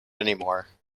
anymore